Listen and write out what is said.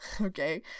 okay